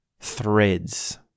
threads